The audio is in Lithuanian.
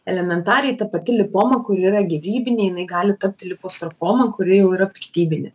elementariai ta pati lipoma kuri yra gyvybinė jinai gali tapti liposarkoma kuri jau yra piktybinė